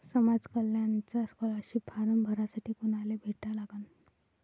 समाज कल्याणचा scholarship form भरासाठी कुनाले भेटा लागन?